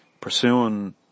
pursuing